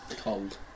Cold